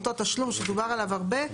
אותו תשלום שדובר עליו הרבה.